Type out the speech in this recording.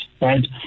right